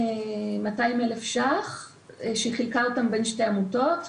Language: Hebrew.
200,000 ₪ אותם היא חילקה בין שתי עמותות,